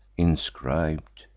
inscrib'd,